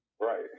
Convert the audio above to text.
right